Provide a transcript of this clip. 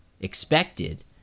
expected